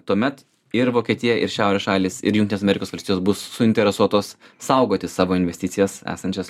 tuomet ir vokietija ir šiaurės šalys ir jungtinės amerikos valstijos bus suinteresuotos saugoti savo investicijas esančias